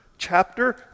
chapter